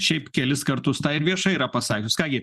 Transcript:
šiaip kelis kartus tą ir viešai yra pasakius ką gi